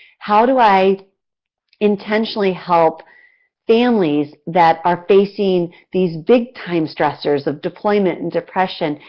how do i intentionally help families that are facing these big-time stressors of deployment, and depression,